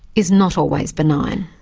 is not always benign.